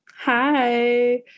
Hi